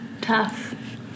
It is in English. tough